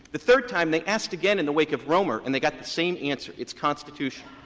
the third time, they asked again in the wake of romer, and they got the same answer it's constitutional.